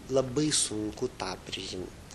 labai sunku tą priimt